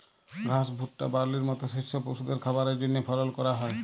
ঘাস, ভুট্টা, বার্লির মত শস্য পশুদের খাবারের জন্হে ফলল ক্যরা হ্যয়